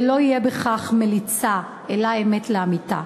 ולא תהיה בכך מליצה אלא אמת לאמיתה.